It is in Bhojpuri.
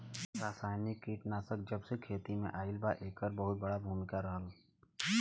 रासायनिक कीटनाशक जबसे खेती में आईल बा येकर बहुत बड़ा भूमिका रहलबा